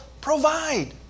provide